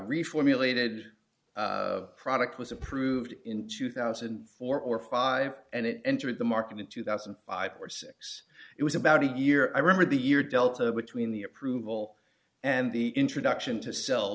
reformulated product was approved in two thousand and four or five and it entered the market in two thousand and five or six it was about a year i remember the year delta between the approval and the introduction to sell